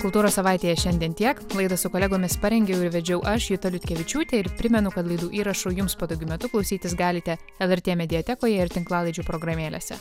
kultūros savaitėje šiandien tiek laidos su kolegomis parengėme ir vedžiau aš juta liutkevičiūtė ir primenu kad laidų įrašų jums patogiu metu klausytis galite lrt mediatekoje ir tinklalaidžių programėlėse